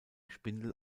spindel